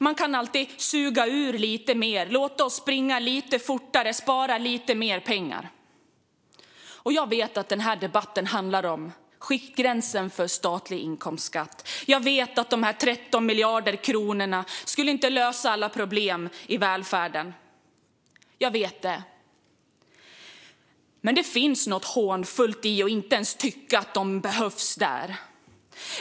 Man kan alltid suga ur lite mer, låta oss springa lite fortare och spara lite mer pengar." Jag vet att denna debatt handlar om skiktgränsen för statlig inkomstskatt, och jag vet att dessa 13 miljarder kronor inte löser alla problem i välfärden. Jag vet det. Men det finns något hånfullt i att inte ens tycka att de behövs där.